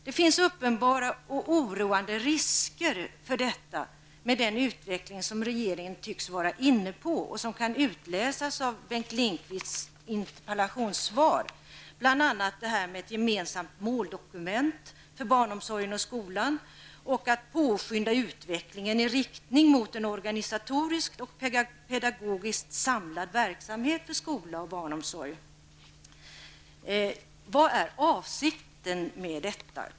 Det finns uppenbara och oroande risker för detta med den utveckling som regeringen tycks vara inne på och som kan utläsas av Bengt Lindqvists interpellationssvar. Det gäller bl.a. det som sägs om ett gemensamt måldokument för barnomsorgen och skolan och att man skall påskynda utvecklingen i riktning mot en organisatoriskt och pedagogiskt samlad verksamhet för skola och barnomsorg. Vad är avsikten med detta?